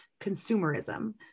consumerism